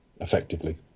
effectively